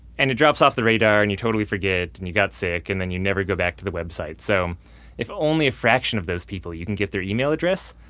and it drops of the radar and you totally forget and you got sick and then you never go back to the website. so if only a fraction of those people, you can get their email address,